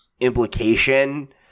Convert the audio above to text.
implication